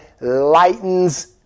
lightens